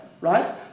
right